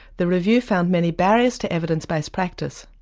the review found many barriers to evidence based practice.